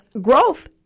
growth